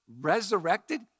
resurrected